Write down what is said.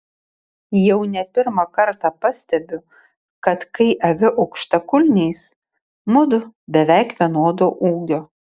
jau ne pirmą kartą pastebiu kad kai aviu aukštakulniais mudu beveik vienodo ūgio